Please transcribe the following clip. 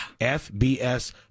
FBS